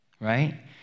Right